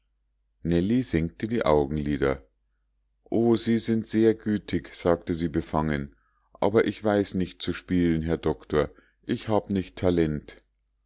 senkte die augenlider o sie sind sehr gütig sagte sie befangen aber ich weiß nicht zu spielen herr doktor ich hab nicht talent